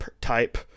type